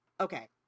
Okay